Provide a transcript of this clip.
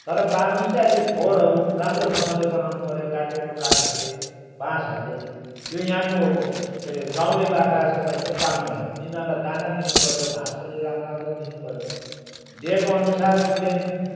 तर पाल्नु चाहिँ अलिक खोरहरू राम्रोसँगले बनाउनु पऱ्यो काटेको काठहरूले बाँसहरूले त्यो यहाँको केरे गाउँले बाख्राजस्तो गरेर चाहिँ पाल्नु भएन तिनीहरूलाई दाना दिनुपऱ्यो घाँस पनि राम्रो राम्रो दिनुपऱ्यो दिएकोअनुसार उसले